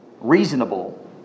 reasonable